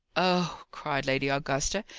oh, cried lady augusta,